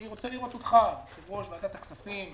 אני רוצה לראות אותך, יושב-ראש ועדת כספים ותיק,